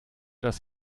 dass